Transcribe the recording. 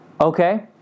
Okay